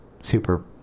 super